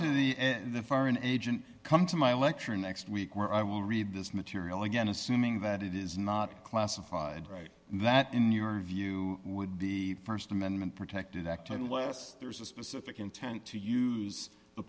to the foreign agent come to my lecture next week where i will read this material again assuming that it is not classified that in your view would be a st amendment protected act unless there's a specific intent to use the